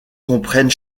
comprennent